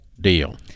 deal